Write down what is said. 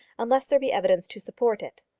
unless there be evidence to support it.